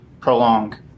prolong